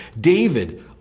David